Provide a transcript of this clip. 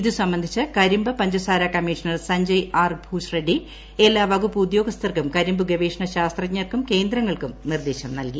ഇതു സ്ട്ബ്സ്ഡിച്ച് കരിമ്പ് പഞ്ചസാര കമ്മീഷണർ സജ്ഞയി ആർ ഭൂശ്രഡ്ഡി എല്ലാ വകുപ്പ് ഉദ്യോഗസ്ഥർക്കും കരിമ്പു ഗവേഷണ ശാസ്ത്രജ്ഞർക്കും കേന്ദ്രങ്ങൾക്കും നിർദ്ദേശം നല്കി